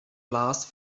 last